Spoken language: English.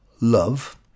love